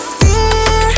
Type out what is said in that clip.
fear